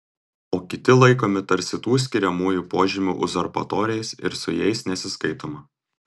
o kiti laikomi tarsi tų skiriamųjų požymių uzurpatoriais ir su jais nesiskaitoma